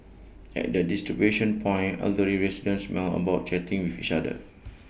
at the distribution point elderly residents mill about chatting with each other